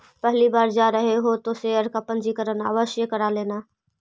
पहली बार जा रहे हो तो शेयर का पंजीकरण आवश्य करा लेना